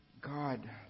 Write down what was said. God